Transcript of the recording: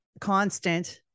constant